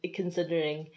considering